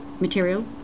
material